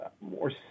more